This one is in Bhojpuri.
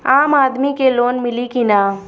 आम आदमी के लोन मिली कि ना?